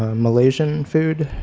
ah malaysian food,